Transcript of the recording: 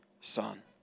Son